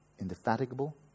indefatigable